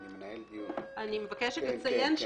כן,